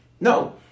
no